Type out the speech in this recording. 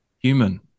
Human